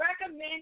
recommend